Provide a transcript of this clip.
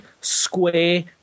square